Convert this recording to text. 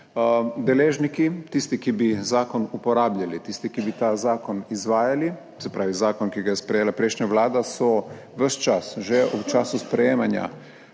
Deležniki, tisti, ki bi zakon uporabljali, tisti, ki bi ta zakon izvajali, se pravi zakon, ki ga je sprejela prejšnja vlada, so ves čas že v času sprejemanja,